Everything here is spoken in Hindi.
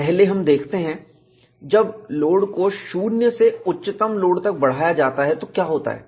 पहले हम देखते हैं जब लोड को शून्य से उच्चतम लोड तक बढ़ाया जाता है तो क्या होता है